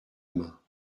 main